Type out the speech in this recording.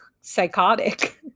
psychotic